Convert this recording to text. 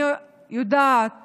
אני יודעת